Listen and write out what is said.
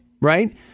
right